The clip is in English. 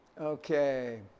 Okay